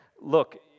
look